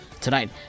Tonight